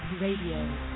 Radio